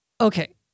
okay